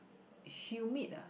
humid ah